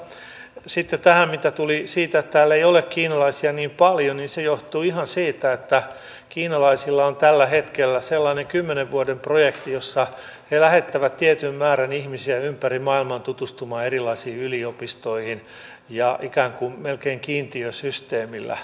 sitten mitä tulee siihen että täällä ei ole kiinalaisia niin paljon niin se johtuu ihan siitä että kiinalaisilla on tällä hetkellä sellainen kymmenen vuoden projekti jossa he lähettävät tietyn määrän ihmisiä ympäri maailmaa tutustumaan erilaisiin yliopistoihin melkein kiintiösysteemillä